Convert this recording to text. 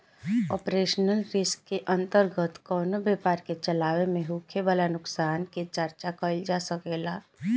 operational risk के अंतर्गत कवनो व्यपार के चलावे में होखे वाला नुकसान के चर्चा कईल जा सकेला